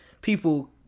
people